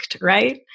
right